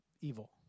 evil